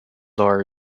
are